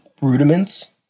rudiments